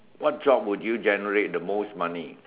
what job would you generate the most money